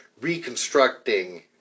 reconstructing